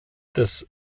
des